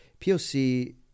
POC